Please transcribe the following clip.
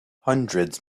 hundreds